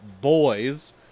boys